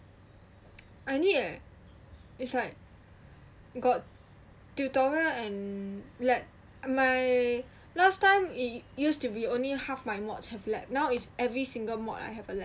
I need eh it's like got tutorial and like my last time it used to be only half my mod~ have lab now it's every single mod~ I have a lab